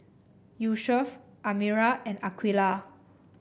Yusuf Amirah and Aqilah